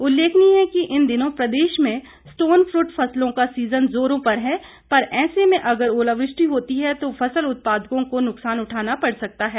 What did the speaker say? उल्लेखनीय है कि इन दिनों प्रदेश में स्टोन फूट फसलों का सीजन जोरों पर है ऐसे में अगर ओलावृष्टि होती है तो फसल उत्पादकों को नुकसान उठाना पड़ सकता है